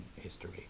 history